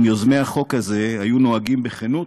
אם יוזמי החוק הזה היו נוהגים בכנות,